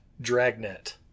dragnet